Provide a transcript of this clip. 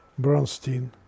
Bronstein